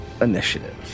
initiative